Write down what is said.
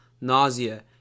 nausea